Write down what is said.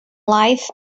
life